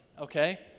okay